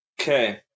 Okay